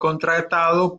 contratado